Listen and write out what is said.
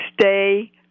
stay